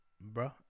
bro